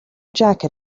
jacket